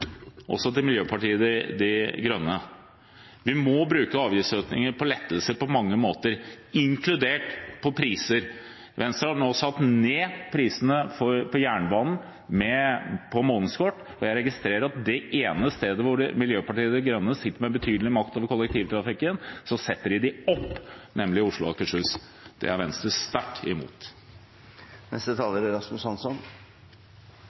også til Miljøpartiet De Grønne: Vi må bruke avgiftslettelser på mange måter, inkludert på priser. Venstre har nå satt ned prisene på månedskort på jernbanen. Jeg registrerer at på det ene stedet hvor Miljøpartiet De Grønne sitter med betydelig makt over kollektivtrafikken, setter de dem opp, nemlig i Oslo og Akershus. Det er Venstre sterkt imot.